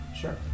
Sure